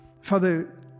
Father